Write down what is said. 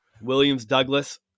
Williams-Douglas